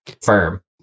firm